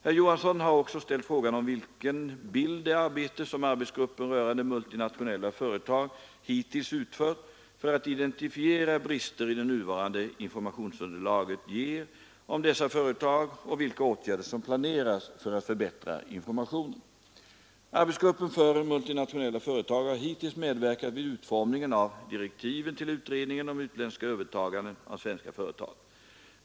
Herr Johansson har också ställt frågan om vilken bild det arbete som beroende av multinationella företag, arbetsgruppen rörande multinationella företag hittills utfört för att identifiera brister i det nuvarande informationsunderlaget ger om dessa företag och vilka åtgärder som planeras för att förbättra informationen. Arbetsgruppen för multinationella företag har hittills medverkat vid utformningen av direktiven till utredningen om utländska övertaganden av svenska företag.